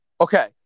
Okay